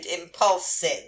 impulsive